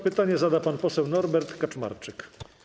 Pytanie zada pan poseł Norbert Kaczmarczyk.